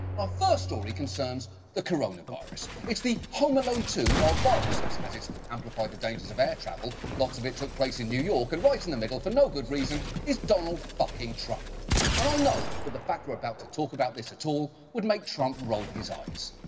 our first story concerns the coronavirus. it's the home alone two of viruses as it's amplified the dangers of air travel, lots of it took place in new york, and right in the middle for no good reason is donald fucking trump. and i know that the fact that we're about to talk about this at all would make trump roll his eys.